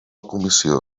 comissió